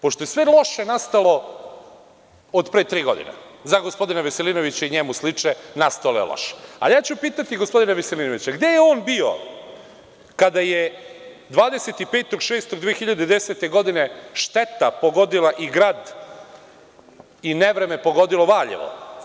Pošto je sve loše nastalo od pre tri godine za gospodina Veselinovića i njemu slične, nastalo je loše, a ja ću pitati gospodina Veselinovića – gde je on bio kada je 25. juna 2010. godine šteta pogodila i grad i nevreme pogodilo Valjevo?